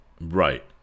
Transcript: Right